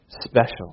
special